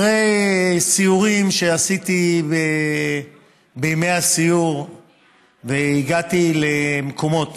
אחרי סיורים שעשיתי בימי הסיור והגעתי למקומות